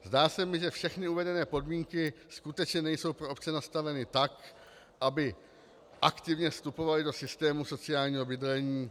Zdá se mi, že všechny uvedené podmínky skutečně nejsou pro obce nastaveny tak, aby aktivně vstupovaly do systému sociálního bydlení.